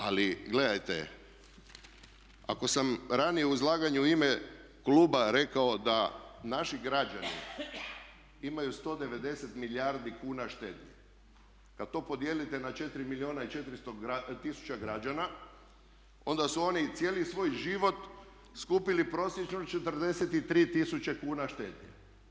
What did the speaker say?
Ali gledajte ako sam ranije u izlaganju u ime kluba rekao da naši građani imaju 190 milijardi kuna štednje, kad to podijelite na 4 milijuna i 400 tisuća građana onda su oni cijeli svoj život skupili prosječno 43 tisuće kuna štednje.